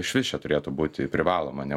išvis čia turėtų būti privaloma